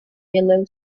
yellow